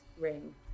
Ring